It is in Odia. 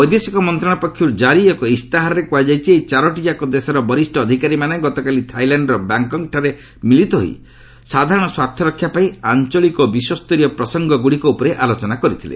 ବୈଦେଶିକ ମନ୍ତ୍ରଣାଳୟ ପକ୍ଷରୁ କାରି ଏକ ଇସ୍ତାହାରରେ କୁହାଯାଇଛି ଏହି ଚାରିଟିଯାକ ଦେଶର ବରିଷ୍ଣ ଅଧ୍ୟକାରୀମାନେ ଗତକାଲି ଥାଇଲ୍ୟାଣ୍ଡର ବ୍ୟାଙ୍କକ୍ଠାରେ ମିଳିତ ହୋଇ ସାଧାରଣ ସ୍ୱାର୍ଥରକ୍ଷାପାଇଁ ଆଞ୍ଚଳିକ ଓ ବିଶ୍ୱସ୍ତରୀୟ ପ୍ରସଙ୍ଗଗୁଡ଼ିକ ଉପରେ ଆଲୋଚନା କରିଥିଲେ